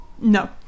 no